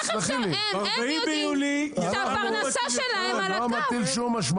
הם יודעים שהפרנסה שלהם על הכף.